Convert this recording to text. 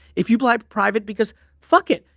if you fly private because fuck it,